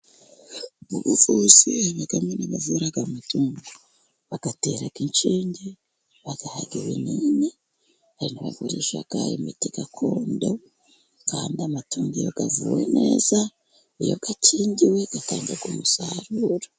Mu buvuzi habamo nabavura amatungo, bagatera inshinge bayaha ibinini hari abavurisha imiti gakondo, kandi amatungoiyo avuwe neza iyo akingiwe atangira umusaruro.